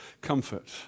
comfort